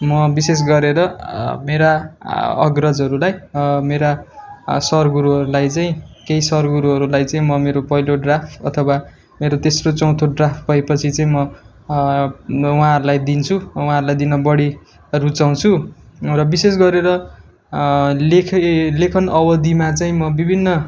म विशेष गरेर मेरा अग्रजहरूलाई मेरा सरगुरुहरूलाई चाहिँ केही सरगुरुहरूलाई चाहिँ म मेरो पहिलो ड्राफ्ट अथवा मेरो तेस्रो चौथो ड्राफ्ट भए पछि चाहिँ म उहाँहरूलाई दिन्छु उहाँहरूलाई दिन बडी रुचाउँछु र विशेष गरेर लेखेँ लेखन अवधिमा चाहिँ म विभिन्न